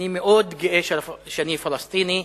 אני מאוד גאה שאני פלסטיני,